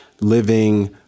living